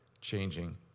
changing